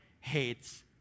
hates